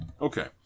Okay